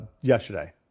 yesterday